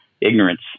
ignorance